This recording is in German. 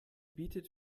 bietet